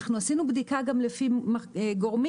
אנחנו עשינו בדיקה גם לפי גורמים.